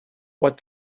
what